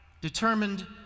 determined